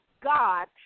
God